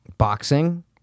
Boxing